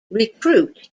recruit